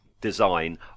design